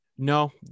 No